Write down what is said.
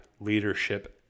leadership